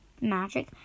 magic